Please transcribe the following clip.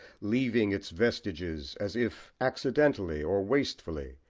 leaving its vestiges, as if accidentally or wastefully,